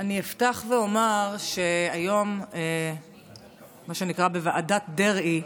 אני אפתח ואומר שהיום, מה שנקרא בוועדת דרעי,